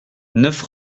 neuf